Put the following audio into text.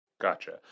Gotcha